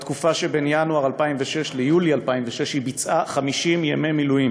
- שבין ינואר 2006 ליולי 2006 היא ביצעה 50 ימי מילואים,